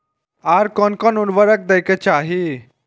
आर कोन कोन उर्वरक दै के चाही?